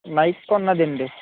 Nike ఉందండి